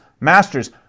masters